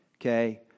Okay